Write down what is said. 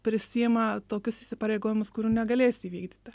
prisiima tokius įsipareigojimus kurių negalės įvykdyti